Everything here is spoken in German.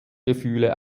gefühle